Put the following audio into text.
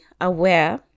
aware